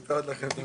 באנו לכאן כדי